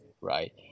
Right